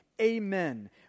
Amen